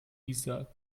isar